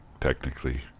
technically